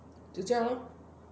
就这样 lor